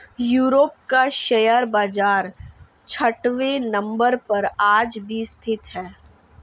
Europe का share बाजार छठवें नम्बर पर आज भी स्थित है